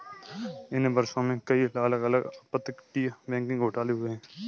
इन वर्षों में, कई अलग अलग अपतटीय बैंकिंग घोटाले हुए हैं